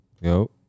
Yo